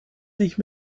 sich